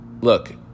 Look